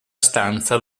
stanza